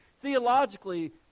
Theologically